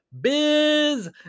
biz